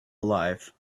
alive